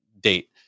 date